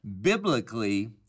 biblically